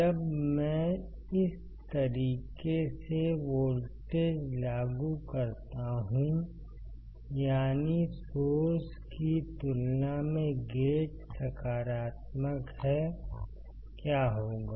जब मैं इस तरीके से वोल्टेज लागू करता हूं यानी सोर्स की तुलना में गेट सकारात्मक है क्या होगा